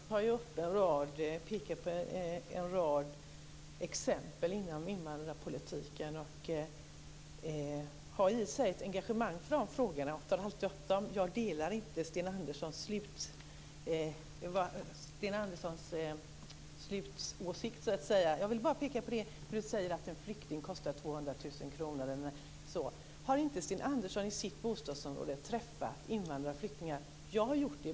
Herr talman! Sten Andersson pekar på en rad exempel inom invandrarpolitiken. Han har ett engagemang för dessa frågor och tar alltid upp dem. Jag delar inte Sten Anderssons slutåsikt. Sten Andersson säger att en flykting kostar 200 000 kr. Har inte Sten Andersson i sitt bostadsområde träffat invandrare och flyktingar? Jag har gjort det.